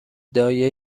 دایه